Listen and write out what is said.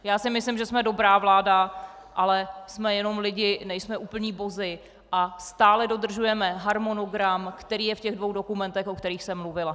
Já si myslím, že jsme dobrá vláda, ale jsme jenom lidi, nejsme úplní bozi a stále dodržujeme harmonogram, který je v těch dvou dokumentech, o kterých jsem mluvila.